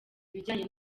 ibijyanye